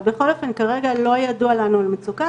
אבל בכל אופן כרגע לא ידוע לנו על מצוקה,